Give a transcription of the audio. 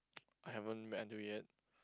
I haven't met until yet